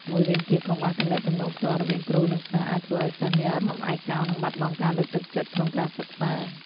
មួយវិញទៀត កង្វះទំនាក់ទំនងផ្ទាល់ រវាងគ្រូនិងសិស្សអាចធ្វើឱ្យសិស្សមានអារម្មណ៍ឯកោនិងបាត់បង់ការលើកទឹកចិត្តក្នុងការសិក្សា។